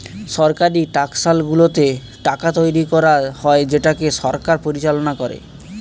সরকারি টাকশালগুলোতে টাকা তৈরী করা হয় যেটাকে সরকার পরিচালনা করে